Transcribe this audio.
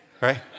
right